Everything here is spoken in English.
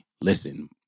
listen